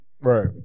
Right